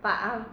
晚安